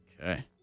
Okay